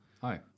hi